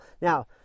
Now